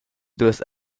duas